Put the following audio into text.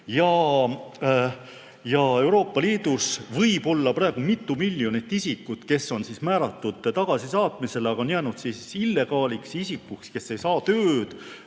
õigus. Euroopa Liidus võib olla praegu mitu miljonit isikut, kes on määratud tagasisaatmisele, aga on jäänud illegaaliks, isikuks, kes ei saa tööd,